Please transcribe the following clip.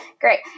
great